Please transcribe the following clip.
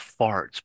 farts